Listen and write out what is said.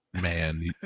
man